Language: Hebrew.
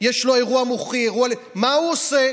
יש לו אירוע מוחי, אירוע לב, מה הוא עושה?